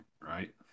right